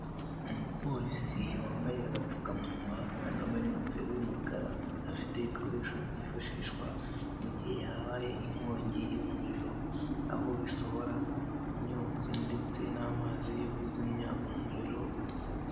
Umupolisi wambaye agapfukamunwa kandi wambaye n'ingofero y'umukara, afite ibikoresho byifashishwa mu gihe habaye inkongi y'umuriro, aho bisohora imyotsi ndetse n'amazi yo kuzimya umuriro.